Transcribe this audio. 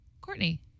Courtney